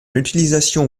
utilisation